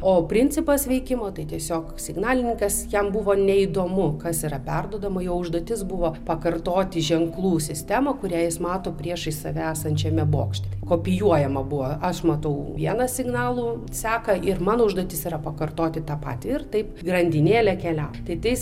o principas veikimo tai tiesiog signalininkas jam buvo neįdomu kas yra perduodama jo užduotis buvo pakartoti ženklų sistemą kurią jis mato priešais save esančiame bokšte kopijuojama buvo aš matau vieną signalų seką ir mano užduotis yra pakartoti tą patį ir taip grandinėlė keliavo tai tais